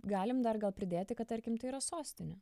galim dar gal pridėti kad tarkim tai yra sostinė